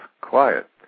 quiet